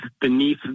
beneath